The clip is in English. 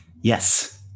Yes